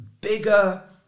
bigger